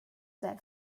that